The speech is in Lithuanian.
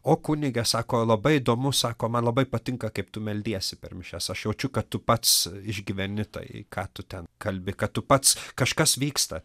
o kunige sako labai įdomu sako man labai patinka kaip tu meldiesi per mišias aš jaučiu kad tu pats išgyveni tai ką tu ten kalbi kad tu pats kažkas vyksta